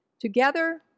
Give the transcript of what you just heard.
Together